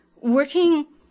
Working